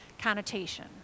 connotation